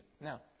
Now